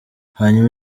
hanyuma